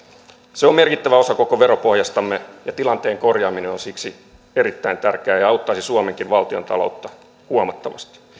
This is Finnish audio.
se on merkittävä osa koko veropohjastamme ja tilanteen korjaaminen on siksi erittäin tärkeää ja ja auttaisi suomenkin valtiontaloutta huomattavasti